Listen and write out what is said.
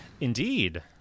Indeed